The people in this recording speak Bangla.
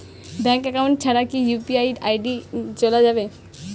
ব্যাংক একাউন্ট ছাড়া কি ইউ.পি.আই আই.ডি চোলা যাবে?